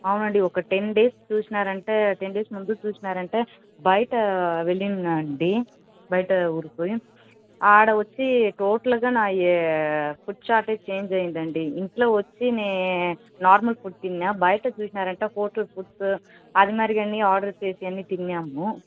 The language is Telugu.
అవునండి ఒక టెన్ డేస్ చూసారంటే టెన్ డేస్ ముందు చూసారంటే బయట వెళ్ళాను అండి బయట ఊరికి అక్కడ వచ్చి టోటల్గా నా ఫుడ్ చార్ట్యే చేంజ్ అయ్యిందండి ఇంట్లో వచ్చి నేను నార్మల్ ఫుడ్ తిన్నాను బయట చూసారంటే హోటల్ ఫుడ్స్ అదిమారిగా అన్ని ఆర్డర్ చేసి అన్ని తిన్నాము